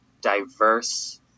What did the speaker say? diverse